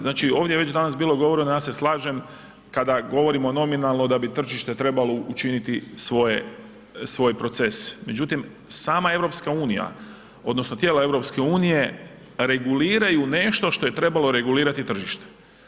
Znači ovdje je već danas bilo govora, no ja se slažem kada govorimo nominalno da bi tržište trebalo učiniti svoje, svoj proces, međutim sama EU odnosno tijela EU reguliraju nešto što je trebalo regulirati tržište.